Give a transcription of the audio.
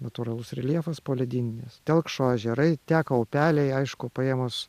natūralus reljefas poledyninis telkšo ežerai teka upeliai aišku paėmus